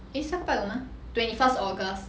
eh 下个拜五吗 twenty first august